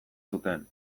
zuten